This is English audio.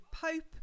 pope